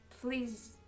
please